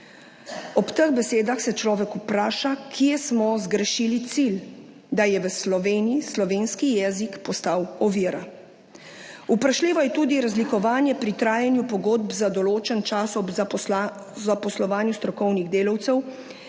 Ob teh besedah se človek vpraša, kje smo zgrešili cilj, da je v Sloveniji slovenski jezik postal ovira. Vprašljivo je tudi razlikovanje pri trajanju pogodb za določen čas ob zaposlovanju strokovnih delavcev,